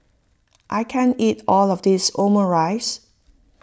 I can't eat all of this Omurice